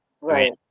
Right